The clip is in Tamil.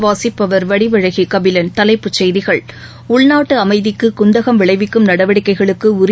ஆகாஷ்வாணி தலைப்புச் செய்திகள் உள்நாட்டு அமைதிக்கு குந்தகம் விளைவிக்கும் நடவடிக்கைகளுக்கு உரிய